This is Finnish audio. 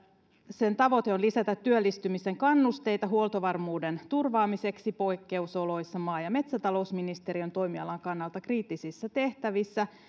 sen tavoite on lisätä työllistymisen kannusteita huoltovarmuuden turvaamiseksi poikkeusoloissa maa ja metsätalousministeriön toimialan kannalta kriittisissä tehtävissä